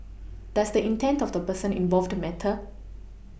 does the intent of the person involved matter